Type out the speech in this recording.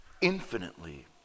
infinitely